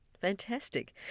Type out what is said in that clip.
Fantastic